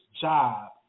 job